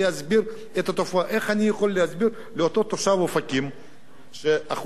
איך אני יכול להסביר לאותו תושב אופקים שאחוז האבטלה אצלו גבוה,